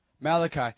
Malachi